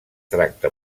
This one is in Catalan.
tracta